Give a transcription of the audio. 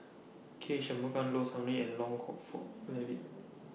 K Shanmugam Low Sanmay and Hock Fong At that Day